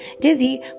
Dizzy